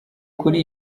kuri